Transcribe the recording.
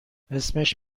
اسمش